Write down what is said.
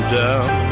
down